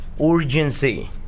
urgency